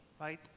right